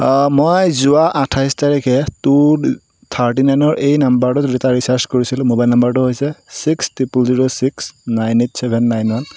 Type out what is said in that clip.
মই যোৱা আঠাইছ তাৰিখে টু থাৰ্টি নাইনৰ এই নাম্বাৰটোত এটা ৰিচাৰ্জ কৰিছিলোঁ মোবাইল নাম্বাৰটো হৈছে six triple zero six nine eight seven nine one